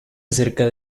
acerca